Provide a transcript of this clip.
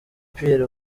pierre